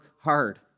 hard